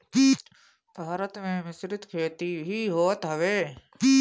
भारत में मिश्रित खेती भी होत हवे